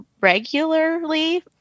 regularly